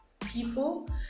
people